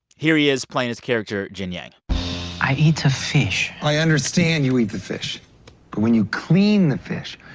here he is playing his character, jian-yang i eat the fish i understand you eat the fish. but when you clean the fish,